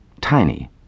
tiny